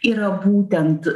yra būtent